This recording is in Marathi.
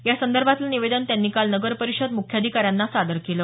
यासंदर्भातलं निवेदन त्यांनी काल नगरपरिषद मुख्यधिकारांना दिलं